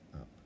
up